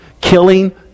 killing